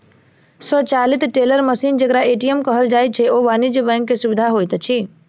स्वचालित teller machine जेकरा ATM कहल जाइत छै, ओ वाणिज्य बैंक के सुविधा होइत अछि